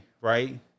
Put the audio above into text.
right